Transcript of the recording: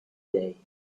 day